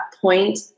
point